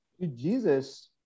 Jesus